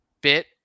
bit